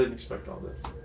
expect all this.